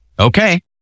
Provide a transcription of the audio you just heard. okay